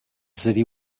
city